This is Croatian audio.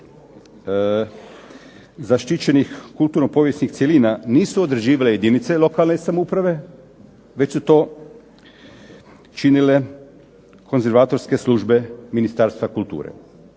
zaštićenih kulturno-povijesnih cjelina nisu određivale jedinice lokalne samouprave već su to činile konzervatorske službe Ministarstva kulture.